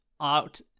out